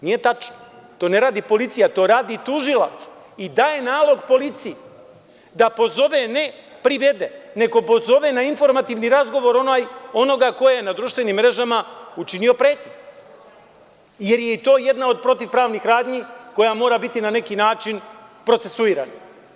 Nije tačno, to ne radi policija, to radi tužilac, i daje nalog policiji da pozove, ne privede, nego pozove na informativni razgovor onoga ko je na društvenim mrežama učinio pretnju, jer je i to jedna od protivpravnih radnji koja mora biti na neki način procesuirana.